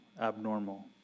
abnormal